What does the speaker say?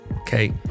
Okay